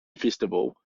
festival